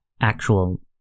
actual